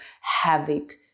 havoc